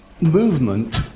movement